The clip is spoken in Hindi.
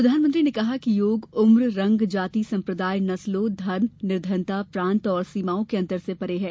प्रधानमंत्री ने कहा कि योग उम्र रंग जाति सम्प्रदाय नस्लो धन निर्धनता प्रांत और सीमाओं के अंतर से परे है